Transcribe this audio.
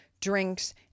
drinks